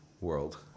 World